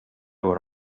were